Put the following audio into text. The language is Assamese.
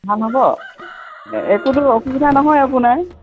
ভাল হ'ব একোতো অসুবিধা নহয় আপোনাৰ